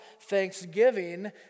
thanksgiving